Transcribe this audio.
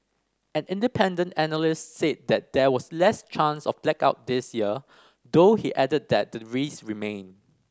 an independent analyst said that there was less chance of blackout this year though he added that the risk remained